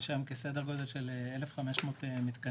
יש היום סדר גודל של כ-1,500 מתקנים